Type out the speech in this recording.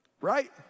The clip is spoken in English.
Right